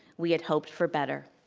we had hoped for better.